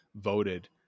voted